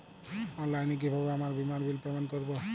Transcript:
অনলাইনে কিভাবে আমার বীমার বিল পেমেন্ট করবো?